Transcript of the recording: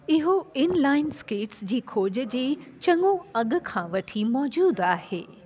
इहो inline skates जी खोज जी चङो अॻ खां वठी मौजूदु आहे